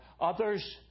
others